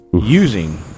using